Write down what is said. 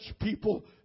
people